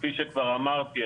כפיש כבר אמרתי,